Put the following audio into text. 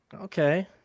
Okay